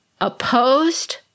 opposed